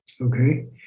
Okay